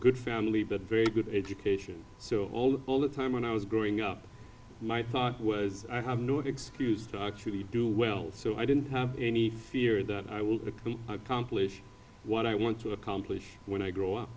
good family but very good education so all the time when i was growing up my thought was i have no excuse to actually do well so i didn't have any fear that i will be accomplish what i want to accomplish when i grow up